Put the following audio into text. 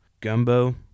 Gumbo